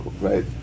right